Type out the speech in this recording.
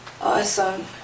awesome